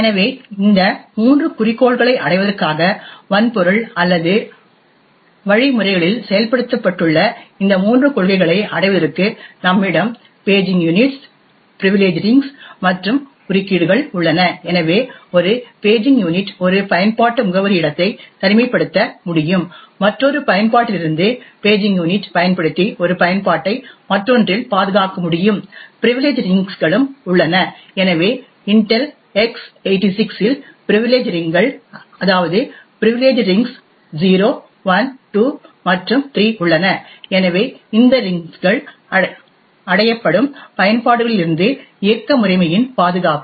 எனவே இந்த மூன்று குறிக்கோள்களை அடைவதற்காக வன்பொருள் அல்லது வழிமுறைகளில் செயல்படுத்தப்பட்டுள்ள இந்த மூன்று கொள்கைகளை அடைவதற்கு நம்மிடம் பேஜிங் யூனிட்ஸ் பிரீவிலேஜ் ரிங்கள் மற்றும் குறுக்கீடுகள் உள்ளன எனவே பேஜிங் யூனிட் ஒரு பயன்பாட்டு முகவரி இடத்தை தனிமைப்படுத்த முடியும் மற்றொரு பயன்பாட்டிலிருந்து பேஜிங் யூனிட்டைப் பயன்படுத்தி ஒரு பயன்பாட்டை மற்றொன்றில் பாதுகாக்க முடியும் பிரீவிலேஜ் ரிங்களும் உள்ளன எனவே இன்டெல் x86 இல் பிரீவிலேஜ் ரிங்கள் அதாவது பிரீவிலேஜ் ரிங்கள் 0 1 2 மற்றும் 3 உள்ளன எனவே இந்த ரிங்கள் அடையப்படும் பயன்பாடுகளிலிருந்து இயக்க முறைமையின் பாதுகாப்பு